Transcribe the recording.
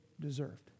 deserved